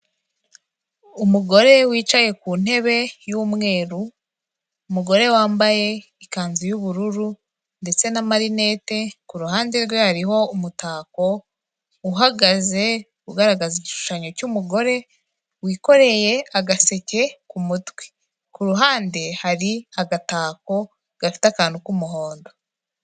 Umugore wicaye ku ntebe y'umweru , umugore wambaye ikanzu y'ubururu ndetse na marinete, kuruhande rwe hariho umutako uhagaze, ugaragaza igishushanyo cy'umugore wikoreye agaseke ku mutwe, kuruhande hari agatako gafite akantu k'umuhondo.